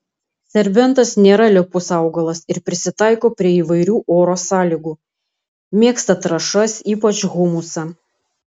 serbentas nėra lepus augalas ir prisitaiko prie įvairių oro sąlygų mėgsta trąšas ypač humusą